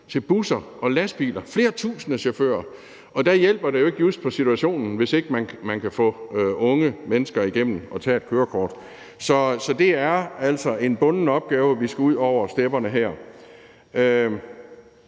til busser og til lastbiler – flere tusinde chauffører, og der hjælper det jo ikke just på situationen, hvis ikke man kan få taget unge mennesker igennem en køreprøve til kørekort. Så det er altså en bunden opgave, vi her skal ud over stepperne med.